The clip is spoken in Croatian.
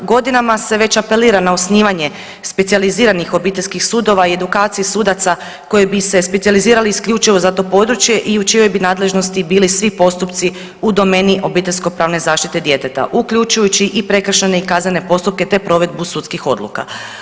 Godinama se već apelira na osnivanje specijaliziranih obiteljskih sudova i edukacije sudaca koji bi se specijalizirali isključivo za to područje i u čijoj bi nadležnosti bili svi postupci u domeni obiteljsko pravne zaštite djeteta uključujući i prekršajne i kaznene postupke te provedbu sudskih odluka.